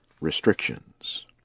restrictions